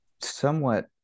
somewhat